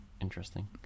interesting